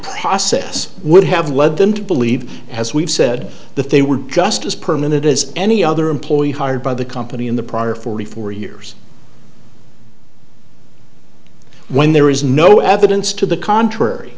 process would have led them to believe as we've said that they were just as permanent as any other employee hired by the company in the prior forty four years when there is no evidence to the contrary